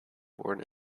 born